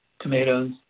tomatoes